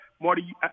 Marty